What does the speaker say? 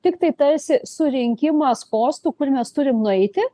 tiktai tarsi surinkimas postų kur mes turim nueiti